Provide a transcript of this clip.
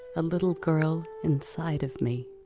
a little girl inside of me.